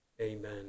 Amen